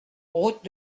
route